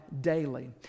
daily